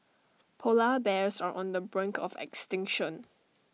Polar Bears are on the brink of extinction